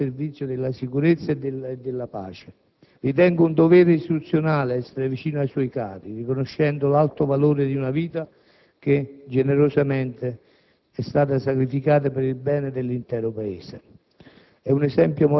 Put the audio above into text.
di grande valore, al servizio della sicurezza e della pace. Ritengo un dovere istituzionale essere vicino ai suoi cari, riconoscendo l'alto valore di una vita generosamente sacrificata per il bene dell'intero Paese.